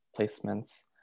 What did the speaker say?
placements